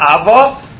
Ava